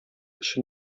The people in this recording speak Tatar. өчен